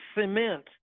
cement